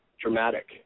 dramatic